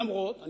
אף-על-פי,